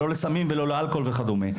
ולא לסמים ולא לאלכוהול וכדומה.